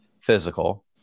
physical